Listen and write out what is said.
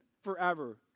forever